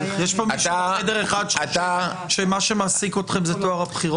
יש פה מישהו בחדר אחד שחושב שמה שמעסיק אתכם זה טוהר הבחירות?